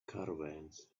caravans